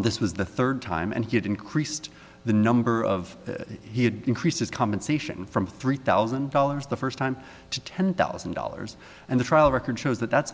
this was the third time and he had increased the number of that he had increases compensation from three thousand dollars the first time to ten thousand dollars and the trial record shows that that's